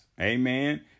Amen